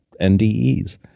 NDEs